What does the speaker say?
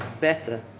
better